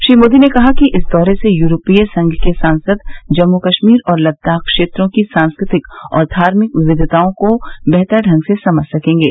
श्री मोदी ने कहा कि इस दौरे से यूरोपीय संघ के सांसद जम्मू कश्मीर और लदाख क्षेत्रों की सांस्कृतिक और धार्मिक विविधताओं को बेहतर ढंग से समझ सकेंगे